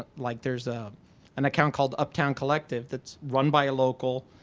ah like there's ah an account called uptown collective that's run by a local.